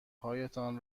هایتان